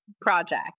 project